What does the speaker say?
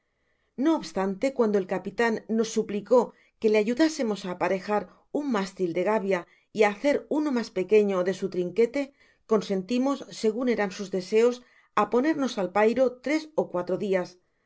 no obstante cuando el capitan nos suplicó que le ayudásemos á aparejar uu mástil de gavia y hacer uno mas pequeño de su trinquete consentimos segun eran sus deseos á ponernos al pairo tres ó cuatro dias asi